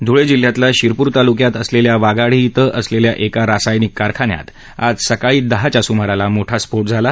धुळे जिल्ह्यातील शिरपूर तालुक्यात असलेल्या वाघाडी इथं असलेल्या एका रासायनिक कारखान्यात आज सकाळी दहाच्या सुमाराला मोठा स्फोट झाला